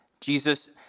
Jesus